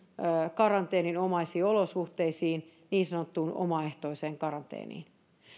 karanteeninomaisiin olosuhteisiin niin sanottuun omaehtoiseen karanteeniin